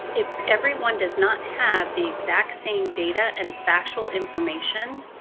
if everyone does not have the exact same data and factual information,